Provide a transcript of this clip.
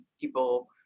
people